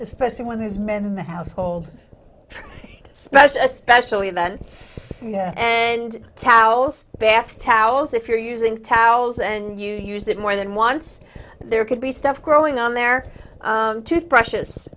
especially when these men in the household special especially that and towels bath towels if you're using towels and you use it more than once there could be stuff growing on their toothbrushes